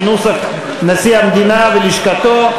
נשיא המדינה ולשכתו,